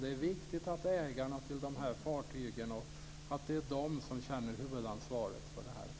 Det är viktigt att det är ägarna till fartygen som känner huvudansvaret.